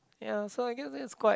ya so I guess this is quite